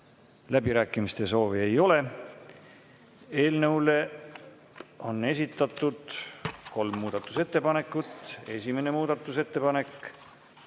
Läbirääkimiste soovi ei ole. Eelnõu kohta on esitatud kolm muudatusettepanekut. Esimene muudatusettepanek